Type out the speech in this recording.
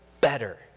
better